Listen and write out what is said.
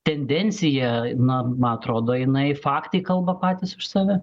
tendencija na man atrodo jinai faktai kalba patys už save